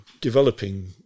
developing